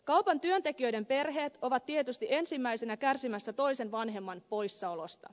kaupan työntekijöiden perheet ovat tietysti ensimmäisinä kärsimässä toisen vanhemman poissaolosta